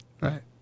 right